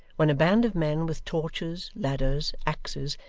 when a band of men with torches, ladders, axes,